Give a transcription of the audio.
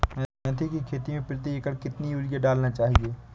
मेथी के खेती में प्रति एकड़ कितनी यूरिया डालना चाहिए?